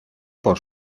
por